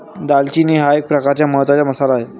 दालचिनी हा एक प्रकारचा महत्त्वाचा मसाला आहे